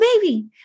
baby